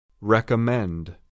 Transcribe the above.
Recommend